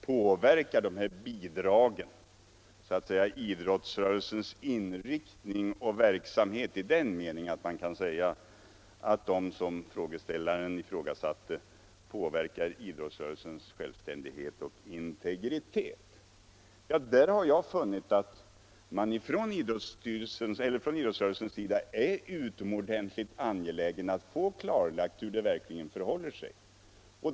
Påverkar dessa bidrag idrottsrörelsens inriktning på sådant sätt att, som frågeställaren ifrågasatte, dess självständighet och integritet berörs? Jag har funnit att man inom idrottsrörelsen är utomordentligt angelägen om att få klarlagt hur det verkligen förhåller sig med detta.